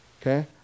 Okay